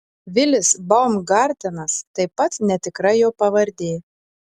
vilis baumgartenas taip pat netikra jo pavardė